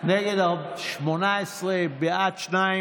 קבוצת סיעת הציונות הדתית וקבוצת סיעת